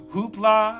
Hoopla